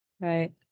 Right